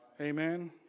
amen